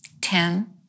Ten